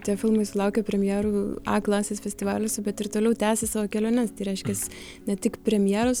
tie filmai sulaukė premjerų a klasės festivaliuose bet ir toliau tęsia savo keliones reiškias ne tik premjeros